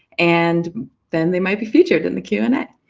and then they might be featured in the q and a.